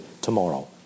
tomorrow